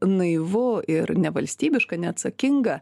naivu ir nevalstybiška neatsakinga